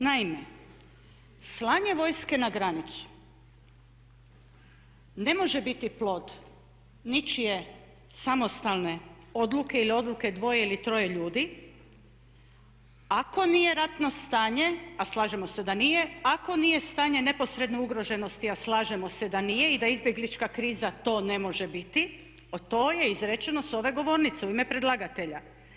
Naime, slanje vojske na granicu ne može biti plod ničije samostalne odluke ili odluke dvoje ili troje ljudi ako nije ratno stanje, a slažemo se da nije, ako nije stanje neposredne ugroženosti a slažemo se da nije i da izbjeglička kriza to ne može biti a to je izrečeno sa ove govornice u ime predlagatelja.